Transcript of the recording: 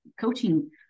coaching